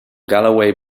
galloway